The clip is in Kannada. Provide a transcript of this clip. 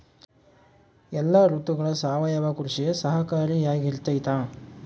ಎಲ್ಲ ಋತುಗಳಗ ಸಾವಯವ ಕೃಷಿ ಸಹಕಾರಿಯಾಗಿರ್ತೈತಾ?